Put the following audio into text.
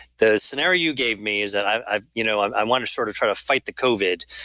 the scenario you gave me is that i you know um i want to sort of try to fight the covid,